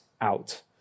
out